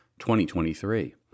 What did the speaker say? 2023